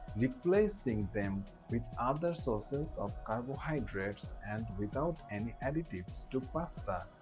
replacing them with other sources of carbohydrates and without any additives to pasta.